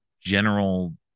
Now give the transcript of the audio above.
general